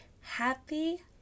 Happy